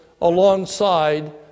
alongside